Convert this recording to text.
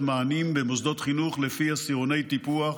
מענים במוסדות חינוך לפי אסימוני טיפוח,